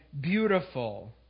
beautiful